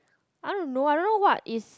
I don't know I don't know what is